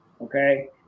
okay